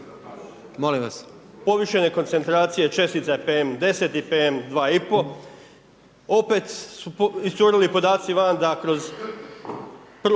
molim vas.